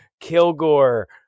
Kilgore